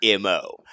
MO